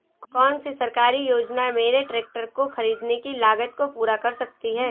कौन सी सरकारी योजना मेरे ट्रैक्टर को ख़रीदने की लागत को पूरा कर सकती है?